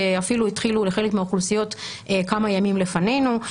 אפילו התחילו לחלק מהאוכלוסיות כמה ימים לפנינו.